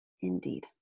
indeed